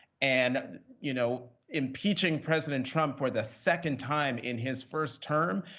and you know impeaching president trump for the second time in his first term,